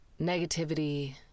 negativity